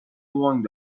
ونگ